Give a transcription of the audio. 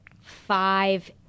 Five